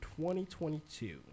2022